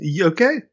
Okay